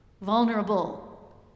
vulnerable